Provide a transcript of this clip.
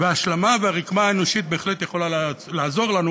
וההשלמה והרקמה האנושית בהחלט יכולה לעזור לנו